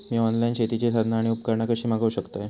मी online शेतीची साधना आणि उपकरणा कशी मागव शकतय?